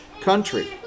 country